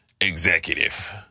executive